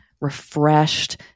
refreshed